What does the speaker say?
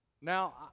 Now